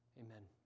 Amen